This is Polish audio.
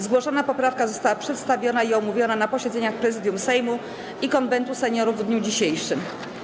Zgłoszona poprawka została przedstawiona i omówiona na posiedzeniach Prezydium Sejmu i Konwentu Seniorów w dniu dzisiejszym.